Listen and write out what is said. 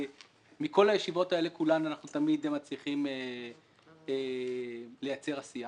שמכל הישיבות האלה כולן אנחנו תמיד מצליחים לייצר עשייה,